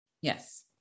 Yes